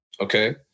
okay